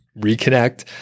reconnect